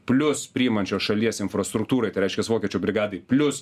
plius priimančios šalies infrastruktūrai tai reiškias vokiečių brigadai plius